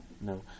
No